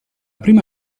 prima